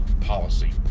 policy